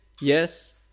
Yes